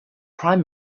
prime